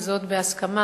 וזאת בהסכמה,